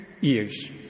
years